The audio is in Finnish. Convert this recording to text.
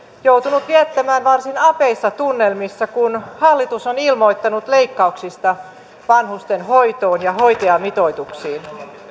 joutunut viettämään varsin apeissa tunnelmissa kun hallitus on ilmoittanut leikkauksista vanhustenhoitoon ja hoitajamitoituksiin